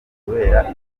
kubera